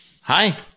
Hi